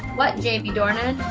what jamie dornan?